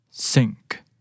Sink